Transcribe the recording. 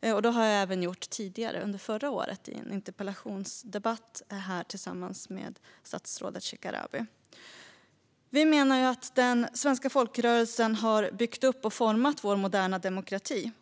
Det har jag även gjort tidigare, under förra året, i en interpellationsdebatt med statsrådet Shekarabi. Vi menar att de svenska folkrörelserna har byggt upp och format vår moderna demokrati.